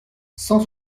cent